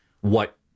what-